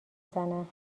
زنم